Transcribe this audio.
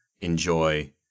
enjoy